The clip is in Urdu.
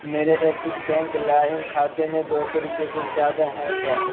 میرے ایکسس بینک لائم کھاتے میں دو سو روپیے سے زیادہ ہیں کیا